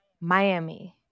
Miami